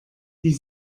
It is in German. die